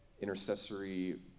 intercessory